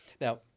Now